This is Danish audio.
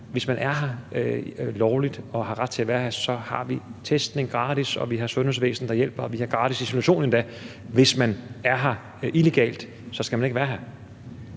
hvis man er her lovligt og har ret til at være her, så har vi gratis test, vi har et sundhedsvæsen, der hjælper, og vi har endda også gratis isolation. Hvis man er her illegalt, skal man ikke være her.